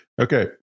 Okay